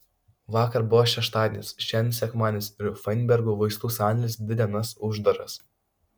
vakar buvo šeštadienis šiandien sekmadienis ir fainbergų vaistų sandėlis dvi dienas uždaras